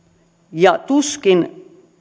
ja tuskin